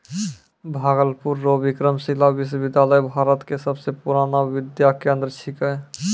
भागलपुर रो विक्रमशिला विश्वविद्यालय भारत के सबसे पुरानो विद्या केंद्र छिकै